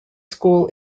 school